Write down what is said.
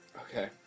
Okay